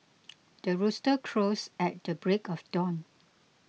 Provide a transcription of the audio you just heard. the rooster crows at the break of dawn